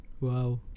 Wow